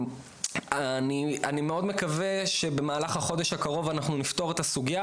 אני מאוד מקווה שבמהלך החודש הקרוב אנחנו נפתור את הסוגיה